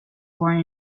born